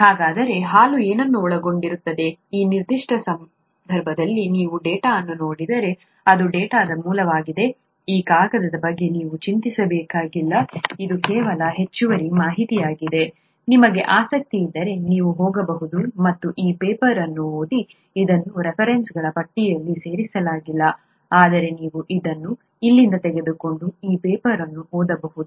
ಹಾಗಾದರೆ ಹಾಲು ಏನನ್ನು ಒಳಗೊಂಡಿರುತ್ತದೆ ಈ ನಿರ್ದಿಷ್ಟ ಸಂದರ್ಭದಲ್ಲಿ ನೀವು ಡೇಟಾ ಅನ್ನು ನೋಡಿದರೆ ಇದು ಡೇಟಾದ ಮೂಲವಾಗಿದೆ ಈ ಕಾಗದದ ಬಗ್ಗೆ ನೀವು ಚಿಂತಿಸಬೇಕಾಗಿಲ್ಲ ಇದು ಕೇವಲ ಹೆಚ್ಚುವರಿ ಮಾಹಿತಿಯಾಗಿದೆ ನಿಮಗೆ ಆಸಕ್ತಿ ಇದ್ದರೆ ನೀವು ಹೋಗಬಹುದು ಮತ್ತು ಈ ಪೇಪರ್ ಅನ್ನು ಓದಿ ಇದು ರೆಫರೆನ್ಸ್ಗಳ ಪಟ್ಟಿಯಲ್ಲಿ ಸೇರಿಸಲಾಗಿಲ್ಲ ಆದರೆ ನೀವು ಅದನ್ನು ಇಲ್ಲಿಂದ ತೆಗೆದುಕೊಂಡು ಈ ಪೇಪರ್ ಅನ್ನು ಓದಬಹುದು